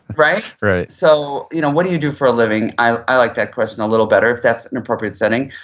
right right so you know what do you do for a living? i like that question a little better if that's an appropriate setting.